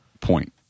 point